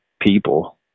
people